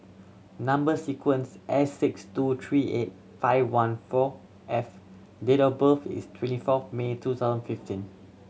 number sequence S six two three eight five one four F date of birth is twenty fourth May two thousand fifteen